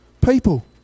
People